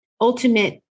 ultimate